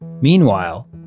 Meanwhile